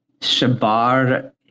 Shabar